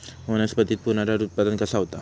वनस्पतीत पुनरुत्पादन कसा होता?